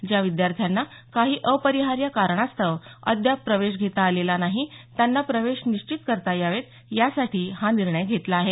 ज्या विद्यार्थ्यांना काही अपरिहार्य कारणास्तव अद्याप प्रवेश घेता आलेला नाही त्यांना प्रवेश निश्चित करता यावेत यासाठी हा निर्णय घेतला आहे